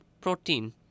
protein